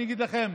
אני אגיד לכם,